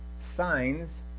Signs